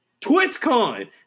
TwitchCon